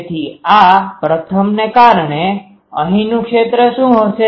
તેથી આ પ્રથમને કારણે અહીંનું ક્ષેત્ર શું હશે